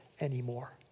anymore